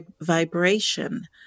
vibration